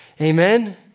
Amen